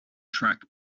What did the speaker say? track